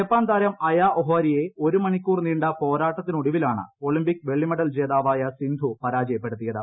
Japan താരം Aya Ohori യെ ഒരു മണിക്കൂർ നീണ്ട പോരാട്ടത്തിനൊടുവിലാണ് ഒളിംമ്പിക് വെള്ളി മെഡൽ ജേതാവായ സിന്ധു പരാജയപ്പെടുത്തിയത്